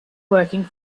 working